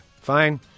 fine